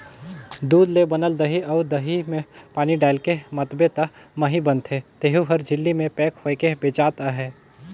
दूद ले बनल दही अउ दही में पानी डायलके मथबे त मही बनथे तेहु हर झिल्ली में पेक होयके बेचात अहे